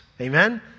Amen